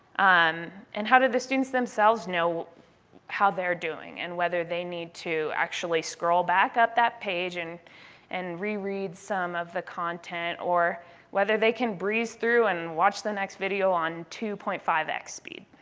um how do the students themselves know how they're doing and whether they need to actually scroll back up that page and and reread some of the content or whether they can breeze through and watch the next video on two point five x speed?